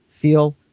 feel